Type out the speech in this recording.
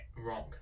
Wrong